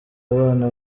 abana